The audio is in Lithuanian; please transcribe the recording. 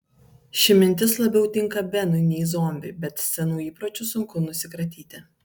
ši mintis labiau tinka benui nei zombiui bet senų įpročių sunku nusikratyti